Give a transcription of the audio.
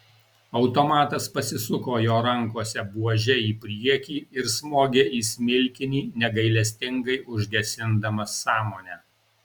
automatas pasisuko jo rankose buože į priekį ir smogė į smilkinį negailestingai užgesindamas sąmonę